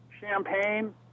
champagne